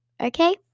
okay